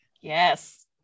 Yes